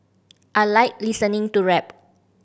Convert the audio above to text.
I like listening to rap